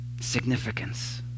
significance